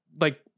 like-